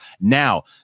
now